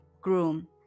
groom